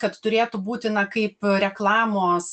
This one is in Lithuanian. kad turėtų būti na kaip reklamos